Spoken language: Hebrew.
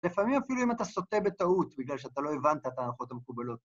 לפעמים אפילו אם אתה סוטה בטעות בגלל שאתה לא הבנת את ההנחות המקובלות